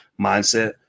mindset